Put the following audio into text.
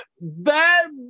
Bad